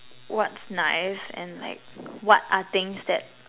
what's nice and like what are things that